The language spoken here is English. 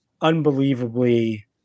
unbelievably